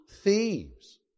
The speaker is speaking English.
thieves